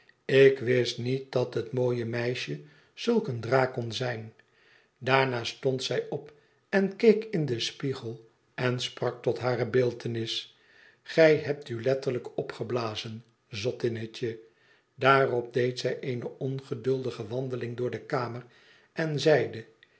ilk wist niet dat het mooie meisje zulk een draak kon zijn daarna stond zij op en keek in den spiegel en sprak tot hare beeltenis gij hebt u letterlijk opgeblazen zottinnetje daarop deed zij eene ongeduldige wandeling door de kamer en zeide